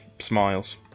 smiles